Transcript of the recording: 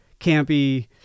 campy